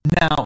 Now